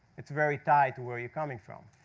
it's very tied to where you're coming from.